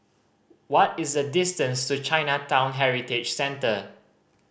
what is the distance to Chinatown Heritage Centre